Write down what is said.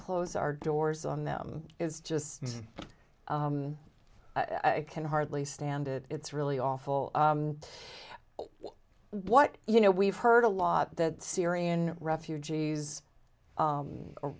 close our doors on them is just i can hardly stand it it's really awful what you know we've heard a lot that syrian refugees